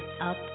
up